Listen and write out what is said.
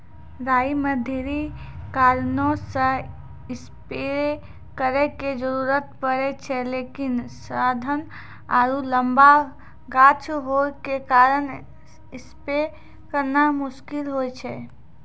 राई मे ढेरी कारणों से स्प्रे करे के जरूरत पड़े छै लेकिन सघन आरु लम्बा गाछ होय के कारण स्प्रे करना मुश्किल होय छै?